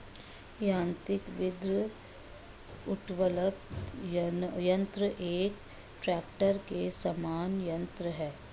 यान्त्रिक वृक्ष उद्वेलक यन्त्र एक ट्रेक्टर के समान यन्त्र है